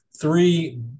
three